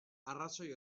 arrazoi